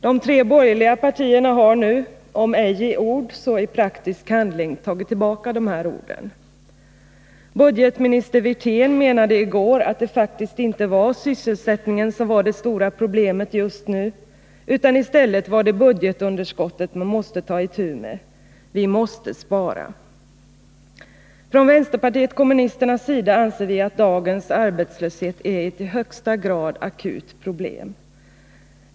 De tre borgerliga partierna har nu —om ej i ord så i praktisk handling — tagit tillbaka dessa ord. Budgetminister Wirtén menade i går att det faktiskt inte var sysselsättningen som var det stora problemet just nu utan i stället var det budgetunderskottet man måste ta itu med. Vi måste spara. Från vänsterpartiet kommunisternas sida anser vi att dagens arbetslöshet är ett i högsta grad akut problem.